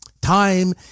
Time